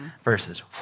Versus